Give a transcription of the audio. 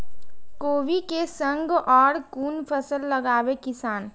कोबी कै संग और कुन फसल लगावे किसान?